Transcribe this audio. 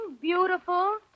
beautiful